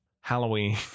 halloween